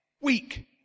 weak